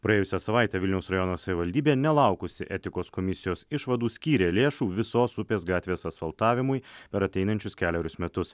praėjusią savaitę vilniaus rajono savivaldybė nelaukusi etikos komisijos išvadų skyrė lėšų visos upės gatvės asfaltavimui per ateinančius kelerius metus